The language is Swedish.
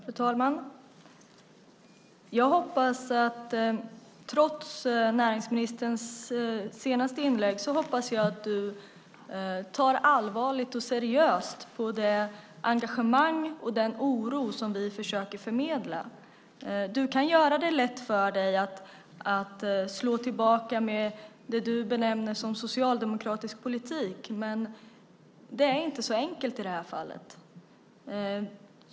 Fru talman! Jag hoppas att näringsministern, trots hennes senaste inlägg, tar allvarligt och seriöst på det engagemang och den oro som vi försöker förmedla. Hon kan göra det lätt för sig genom att slå tillbaka med det hon benämner som socialdemokratisk politik, men det är inte så enkelt i det här fallet.